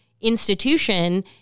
institution